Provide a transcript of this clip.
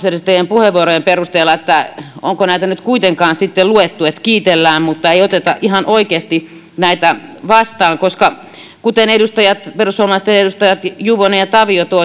edustajien puheenvuorojen perusteella siitä onko näitä nyt kuitenkaan sitten luettu kiitellään mutta ei oteta ihan oikeasti näitä vastaan kuten perussuomalaisten edustajat juvonen ja tavio